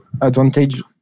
advantage